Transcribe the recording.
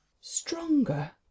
stronger